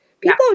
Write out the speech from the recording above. People